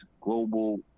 Global